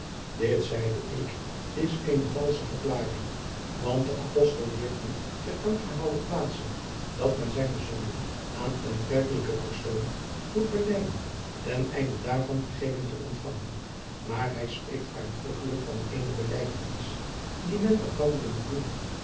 dit zeide ik is eene valsche verklaring want de apostel leert niet ter aangehaalde plaatse dat men zijne zonden aan een kerkelijken persoon moet belijden ten einde daarvan vergeving te ontfangen maar hij spreekt uitdrukkelijk van eene belijdenis die men elkanderen moet doen